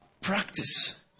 practice